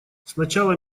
сначала